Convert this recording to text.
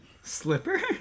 Slipper